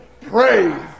praise